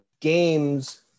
Games